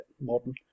modern